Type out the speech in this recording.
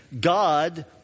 God